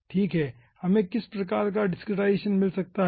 ठीक है हमें किस प्रकार का डिसक्रीटाईजेसन मिल सकता है